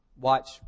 Watch